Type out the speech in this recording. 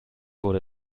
wurde